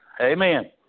Amen